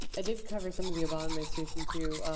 i did cover some of the obama administration too,